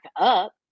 up